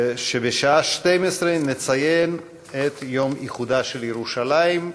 שבשעה 12:00 נציין את יום איחודה של ירושלים,